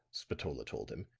spatola told him,